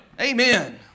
Amen